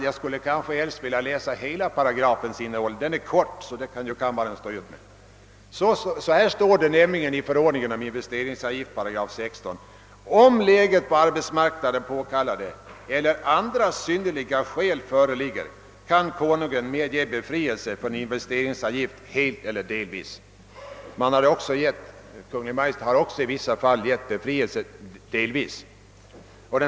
— Jag vill läsa upp hela paragrafen. Den är kort, så det kan kanske kammarens ledamöter stå ut med. Så här står det nämligen i 16 8 förordningen om investeringsavgift: »Om läget på arbetsmarknaden påkallar det eller andra synnerliga skäl föreligger, kan Konungen medge befrielse från investeringsavgift helt eller delvis.» Kungl. Maj:t har också i vissa fall gett befrielse delvis.